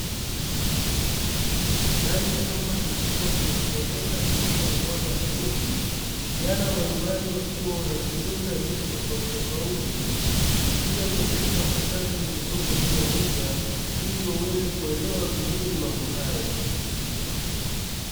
Ndani ya chumba kikubwa chenye kupendeza kilicho na mwanga mzuri, vijana mbalimbali wakiwa wanajifunza vitu tofautitofauti kupitia kompyuta mpakato zilizopo juu ya meza, ili waweze kuelewa vizuri mambo hayo.